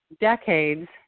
decades